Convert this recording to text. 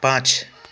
पाँच